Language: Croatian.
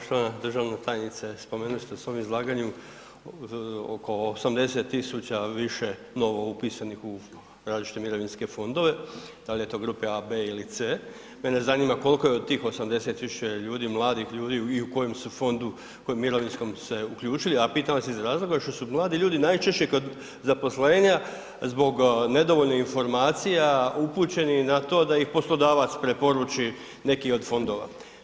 Poštovana državna tajnice spomenuli ste u svom izlaganju oko 80.000 više novoupisanih u različite mirovinske fondove, da li je to grupe A, B ili C, mene zanima koliko je od tih 80.000 ljudi mladih ljudi i u kojem su fondu, kojem mirovinskom se uključili, a pitam vas iz razloga što su mladi ljudi najčešće kod zaposlenja zbog nedovoljnih informacija upućeni na to da ih poslodavac preporuči neki od fondova.